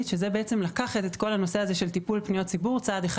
שזה בעצם לקחת את כל הנושא הזה של טיפול פניות ציבור צעד אחד